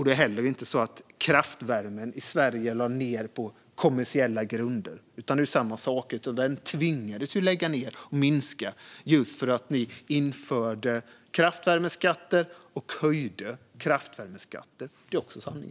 Det är heller inte så att kraftvärmen i Sverige lades ned på kommersiella grunder, utan det är samma sak där. Den tvingades man lägga ned och minska därför att ni införde kraftvärmeskatter och höjde dessa skatter, Fredrik Olovsson. Det är också sanning.